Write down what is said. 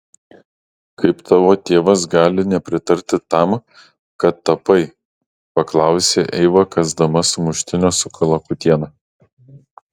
kaip tavo tėvas gali nepritarti tam kad tapai paklausė eiva kąsdama sumuštinio su kalakutiena